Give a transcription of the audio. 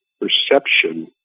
perception